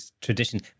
tradition